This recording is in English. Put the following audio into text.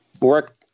work